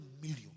million